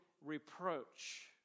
reproach